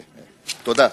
תודה.